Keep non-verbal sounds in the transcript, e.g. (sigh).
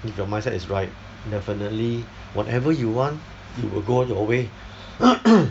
if your mindset is right definitely whatever you want it'll go on your way (noise)